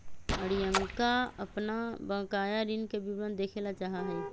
रियंका अपन बकाया ऋण के विवरण देखे ला चाहा हई